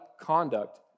conduct